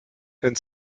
den